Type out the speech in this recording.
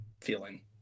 feeling